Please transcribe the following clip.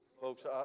Folks